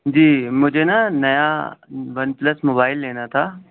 جی مجھے نا نیا ون پلس موبائل لینا تھا